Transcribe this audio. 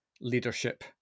leadership